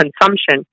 consumption